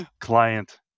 client